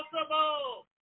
impossible